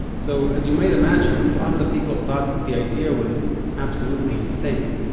so as you might imagine, lots of people thought the idea was absolutely insane,